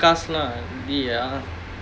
காசுலாம்:kaasulaam